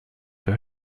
her